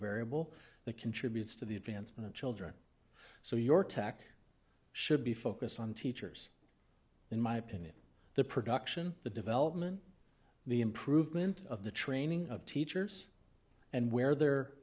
variable that contributes to the advancement of children so your tack should be focused on teachers in my opinion the production the development the improvement of the training of teachers and where they're